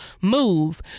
Move